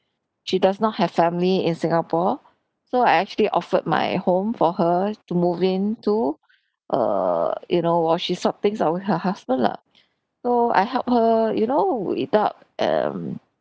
she does not have family in singapore so I actually offered my home for her to move into err you know while she sort things out with her husband lah so I helped her you know without um